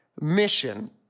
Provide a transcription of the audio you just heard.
mission